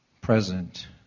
present